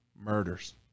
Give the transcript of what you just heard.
murders